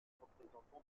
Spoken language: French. représentants